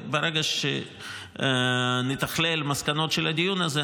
ברגע שנתכלל את המסקנות של הדיון הזה,